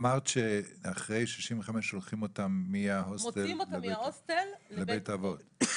אמרת שאחרי 65 שולחים אותם מההוסטל לבית אבות.